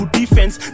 defense